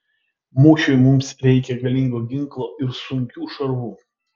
mūšiui mums reikia galingo ginklo ir sunkių šarvų